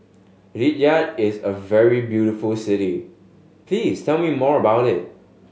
Riyadh is a very beautiful city please tell me more about it